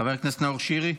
חבר הכנסת נאור שירי.